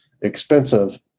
expensive